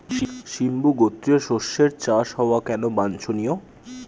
সিম্বু গোত্রীয় শস্যের চাষ হওয়া কেন বাঞ্ছনীয়?